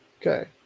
Okay